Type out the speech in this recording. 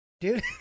Dude